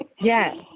Yes